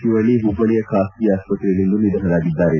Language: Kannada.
ಶಿವಳ್ಳಿ ಹುಬ್ಬಳ್ಳಿಯ ಖಾಸಗಿ ಆಸ್ಷತ್ರೆಯಲ್ಲಿಂದು ನಿಧನರಾಗಿದ್ದಾರೆ